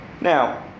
now